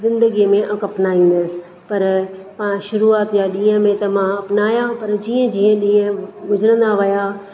ज़िंदगीअ में अपनाइंदसि पर मां शुरूआति जे ॾींहं में त मां अपनायां पर जीअं जीअं ॾींहं गुज़रंदा विया